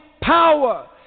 power